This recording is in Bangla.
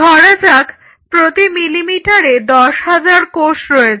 ধরা যাক প্রতি মিলিলিটারে দশ হাজার কোষ রয়েছে